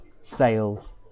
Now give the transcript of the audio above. sales